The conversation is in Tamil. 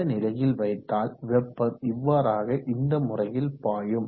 இந்த நிலையில் வைத்தால் வெப்பம் இவ்வாறாக இந்த முறையில் பாயும்